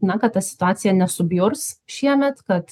na kad ta situacija nesubjurs šiemet kad